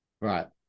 Right